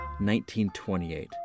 1928